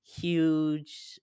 huge